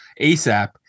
asap